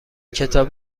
کتاب